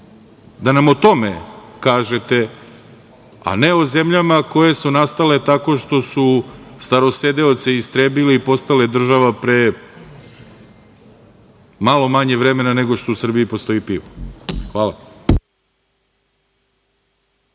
da nam o tome kažete, a ne o zemljama koje su nastale tako što su starosedeoce istrebili i postale država pre malo manje vremena nego što u Srbiji postoji pivo. Hvala.